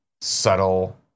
subtle